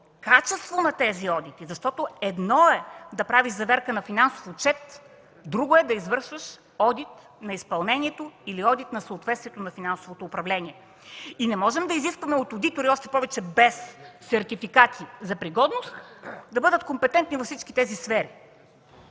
качество на тези одити, защото едно е да правиш заверка на финансов отчет, друго е – да извършваш одит на изпълнението, или одит на съответствието на финансовото управление. И не може да изискваме от одитори, още повече без сертификати за пригодност, да бъдат компетентни във всички тези сфери.